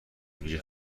ویژه